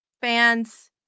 fans